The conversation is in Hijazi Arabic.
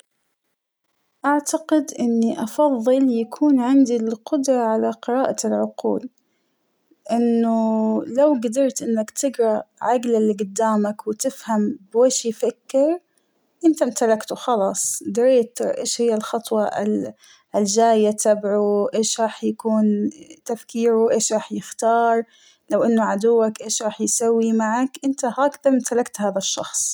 أعتقد إنى أفظل يكون عندى القدرة على قراءة العقول ، إنه لو قدرت إنك تقرا عقل اللى قدامك وتفهم وايش يفكر انت نتركته خلاص دريت ايش هى الخطوة الجاية تبعوا ، ايش راح يكون تفكيره ايش راح يختار ، لو إنه عدوك ايش راح يسوى معك انت هاك تم تركت هاى الشخص.